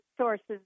sources